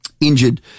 injured